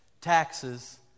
taxes